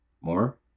More